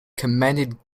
commended